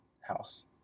house